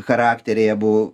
charakteriai abu